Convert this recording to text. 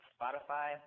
Spotify